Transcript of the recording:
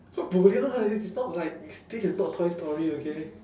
what cannot lah this is not like this is not toy story okay